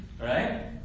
Right